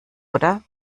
oder